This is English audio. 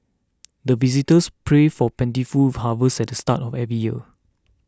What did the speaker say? the visitors pray for plentiful harvest at the start of every year